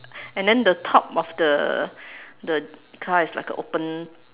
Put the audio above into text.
and then the top of the the car is like a open